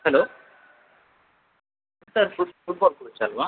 hello sir ಫು football coach ಅಲ್ಲವಾ